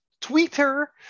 Twitter